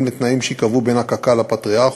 לתנאים שייקבעו בין קק"ל לפטריארך,